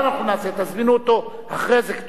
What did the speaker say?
תזמינו אותו אחרי זה לוועדה,